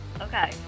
okay